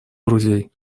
друзей